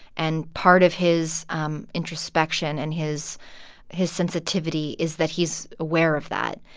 and part of his um introspection and his his sensitivity is that he's aware of that.